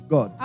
God